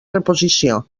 reposició